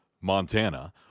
Montana